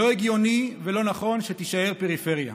לא הגיוני ולא נכון שתישאר פריפריה.